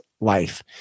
life